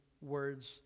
words